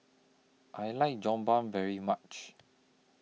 I like Jokbal very much